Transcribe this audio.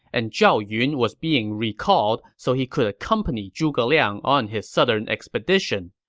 and zhao yun was being recalled so he could accompany zhuge liang on his southern expedition.